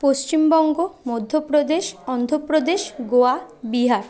Paschimbanga Madhya Pradesh Andhra Pradesh Goa Bihar